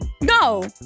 No